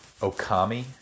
Okami